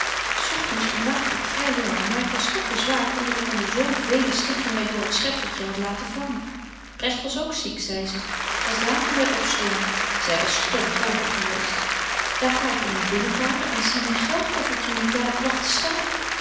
ogtends ontwaakte ik vry wel maar ik was toch bezwaart om dat ik onder zo vele stichting my door het schepzeltje had laten vangen bregt was ook ziek zei ze t was laat toen wy opstonden zy was stom dronken geweest daar ga ik in myn binnenkamer en zie myn geldkoffertje niet daar het plagt te staan